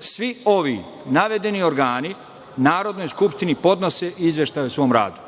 Svi ovi navedeni organi Narodnoj skupštini podnose izveštaje o svom radu.